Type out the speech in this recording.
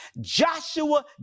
Joshua